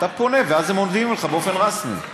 אתה פונה ואז הם עונים לך באופן רשמי.